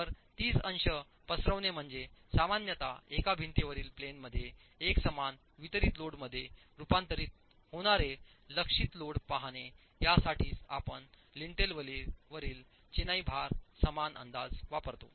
तर 30 अंश पसरवणे म्हणजे सामान्यत एका भिंतीवरील प्लेन मध्ये एकसमान वितरित लोडमध्ये रूपांतरित होणारे लक्षित लोड पाहणे यासाठीच आपण लिंटेलवरील चिनाई भार समान अंदाज वापरतो